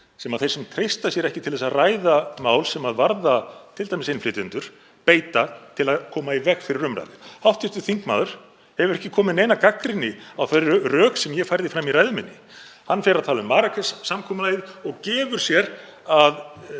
sem þeir sem treysta sér ekki til að ræða mál sem varða t.d. innflytjendur beita til að koma í veg fyrir umræðu. Hv. þingmaður hefur ekki komið með neina gagnrýni á þau rök sem ég færði fram í ræðu minni. Hann fer að tala um Marrakesh-samkomulagið og gefur sér að